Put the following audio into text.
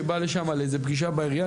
שבא לשם לאיזה פגישה בעירייה,